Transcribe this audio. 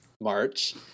March